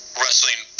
wrestling